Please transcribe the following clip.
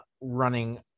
running